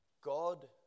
God